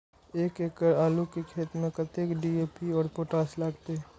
एक एकड़ आलू के खेत में कतेक डी.ए.पी और पोटाश लागते?